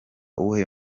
uwuhe